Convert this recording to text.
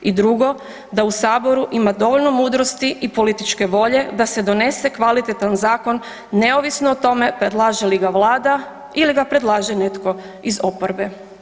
I drugo, da u Saboru ima dovoljno mudrosti i političke volje da se donese kvalitetan zakon, neovisno o tome predlaže li ga Vlada ili ga predlaže netko iz oporbe.